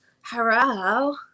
Hello